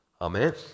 amen